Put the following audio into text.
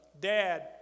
dad